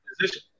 position